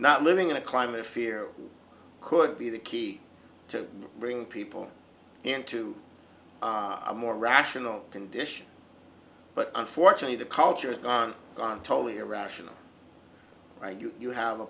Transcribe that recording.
not living in a climate of fear could be the key to bringing people into a more rational condition but unfortunately the culture is gone gone totally irrational you have a